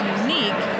unique